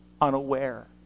unaware